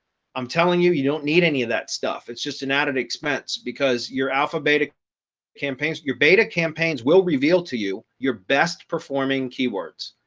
i'm telling you, you don't need any of that stuff. it's just an added expense. because your alpha beta campaigns, your beta campaigns will reveal to you your best performing keywords.